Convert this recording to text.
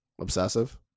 obsessive